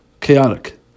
chaotic